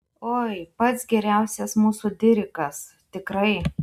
oi pats geriausias mūsų dirikas tikrai